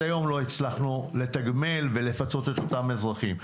היום לא הצלחנו לתגמל ולפצות את אותם אזרחים.